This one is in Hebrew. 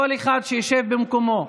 שכל אחד ישב במקומו.